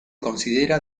considera